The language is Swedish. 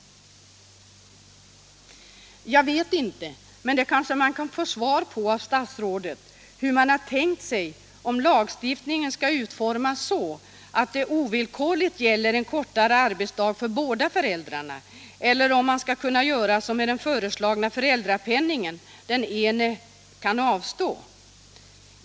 Jag vet inte — men det kanske jag kan få svar på av statsrådet — hur man har tänkt sig, om lagstiftningen skall utformas så att det ovillkorligt gäller en kortare arbetsdag för båda föräldrarna, eller om man skall kunna göra som med den föreslagna föräldrapenningen, och den ene får avstå.